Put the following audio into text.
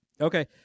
Okay